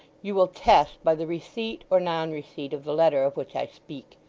you will test by the receipt or non-receipt of the letter of which i speak.